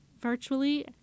virtually